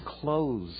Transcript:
clothes